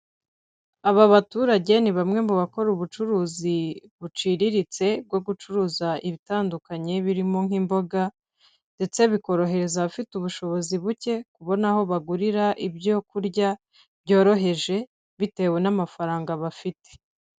Aba baturage ni bamwe mu bakora ubucuruzi buciriritse bwo gucuruza ibitandukanye birimo nk'imboga ndetse bikorohereza abafite ubushobozi buke kubona aho bagurira ibyo kurya byoroheje bitewe n'amafaranga bafite.